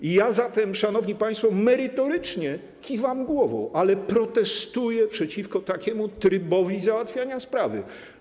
I ja zatem, szanowni państwo, merytorycznie kiwam głową, ale protestuję przeciwko takiemu trybowi załatwiania sprawy.